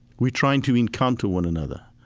we're trying to encounter one another.